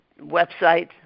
website